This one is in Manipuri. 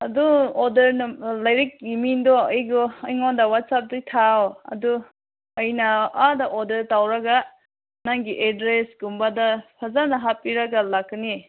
ꯑꯗꯨꯝ ꯑꯣꯗꯔ ꯂꯥꯏꯔꯤꯛꯀꯤ ꯃꯤꯡꯗꯨ ꯑꯩꯉꯣꯟꯗ ꯋꯥꯆꯞꯇ ꯊꯥꯎ ꯑꯗꯨ ꯑꯩꯅ ꯑꯥꯗ ꯑꯣꯔꯗꯔ ꯇꯧꯔꯒ ꯅꯪꯒꯤ ꯑꯦꯗ꯭ꯔꯦꯁꯀꯨꯝꯕꯗ ꯐꯖꯅ ꯍꯥꯞꯄꯤꯔꯒ ꯂꯥꯛꯀꯅꯤ